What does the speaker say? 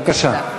בבקשה.